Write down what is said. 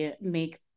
make